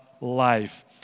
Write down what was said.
life